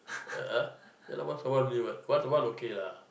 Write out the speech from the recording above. uh ya lah once awhile only what once awhile okay lah